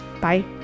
Bye